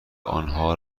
آنها